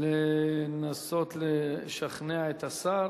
רוצה לנסות לשכנע את השר.